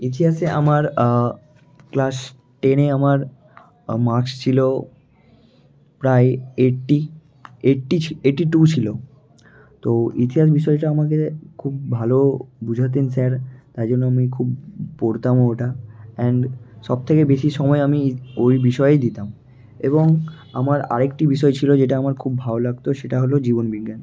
ইতিহাসে আমার ক্লাস টেনে আমার মার্কস ছিলো প্রায় এইট্টি এইট্টি ছি এইট্টি টু ছিলো তো ইতিহাস বিষয়টা আমাকে খুব ভালো বোঝাতেন স্যার তাই জন্য আমি খুব পড়তামও ওটা অ্যান্ড সব থেকে বেশি সময় আমি ওই বিষয়ে দিতাম এবং আমার আরেকটি বিষয় ছিলো যেটা আমার খুব ভালো লাগত সেটা হলো জীবন বিজ্ঞান